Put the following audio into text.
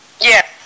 Yes